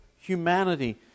humanity